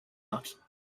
out